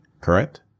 correct